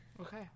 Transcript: Okay